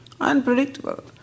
Unpredictable